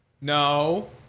No